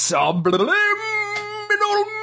Subliminal